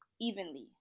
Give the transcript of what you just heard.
evenly